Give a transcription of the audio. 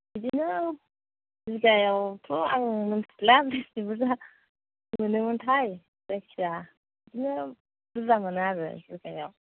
बिदिनो बिघायावथ' आं मिन्थिला बिसि बुरजा मोनोमोनथाय जायखिया बिदिनो बुरजा मोनो आरो बिघायाव